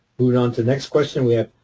moving on to the next question we have.